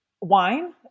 Wine